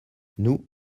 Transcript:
nous